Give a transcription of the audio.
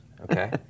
okay